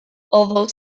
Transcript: although